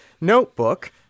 notebook